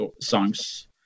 songs